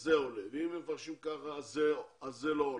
זה עולה, ואם הם מפרשים כך, זה לא עולה.